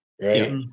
right